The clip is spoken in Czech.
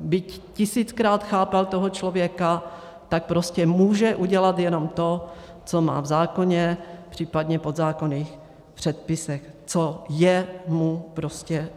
Byť tisíckrát chápal toho člověka, tak může udělat jen to, co má v zákoně, případně v podzákonných předpisech, co je mu